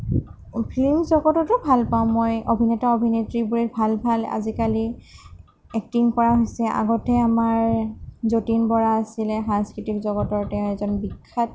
film জগততো ভাল পাওঁ মই অভিনেতা অভিনেত্ৰীবোৰে ভাল ভাল আজিকালি এক্টিং কৰা হৈছে আগতে আমাৰ যতীন বৰা আছিলে সাংস্কৃতিক জগতৰ তেওঁ এজন বিখ্যাত